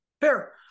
Fair